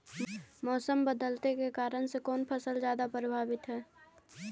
मोसम बदलते के कारन से कोन फसल ज्यादा प्रभाबीत हय?